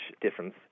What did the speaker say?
difference